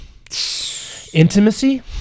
Intimacy